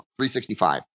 365